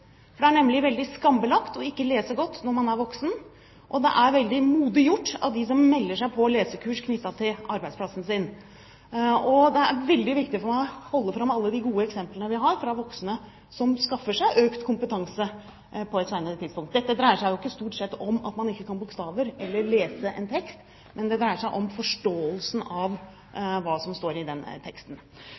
Det er nemlig veldig skambelagt ikke å kunne lese godt når man er voksen, og det er veldig modig gjort å melde seg på lesekurs på arbeidsplassen sin. Det er veldig viktig for meg å holde fram alle de gode eksemplene på voksne som skaffer seg økt kompetanse på et senere tidspunkt. Dette dreier seg stort sett ikke om at man ikke kan bokstavene eller lese en tekst, men om forståelsen av teksten. Jeg mener at dette arbeidet er det viktigste vi kan knytte til diskusjonen om